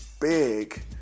big